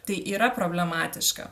tai yra problematiška